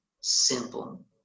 simple